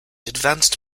advanced